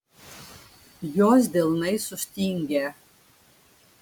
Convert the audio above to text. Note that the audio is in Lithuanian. jos delnai sustingę